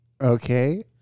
Okay